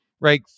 right